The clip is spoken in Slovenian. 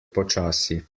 počasi